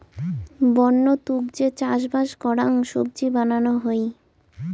বন্য তুক যে চাষবাস করাং সবজি বানানো হই